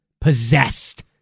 possessed